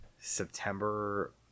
September